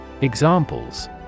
Examples